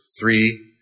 three